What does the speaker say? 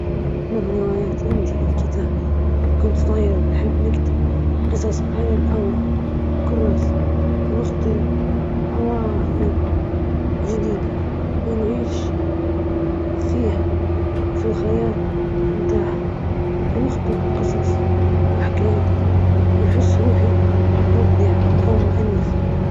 أقدم هواية كانت القراءة، بدأت بمطالعة الكتب الخفيفة عندما كنت صغير، واللي أثارت فيني حب الاستكشاف والمعرفة.